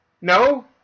No